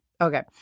Okay